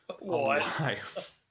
Alive